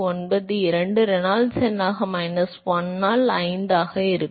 0592 Reynolds எண்ணாக minus 1 ஆல் 5 ஆக இருக்கும்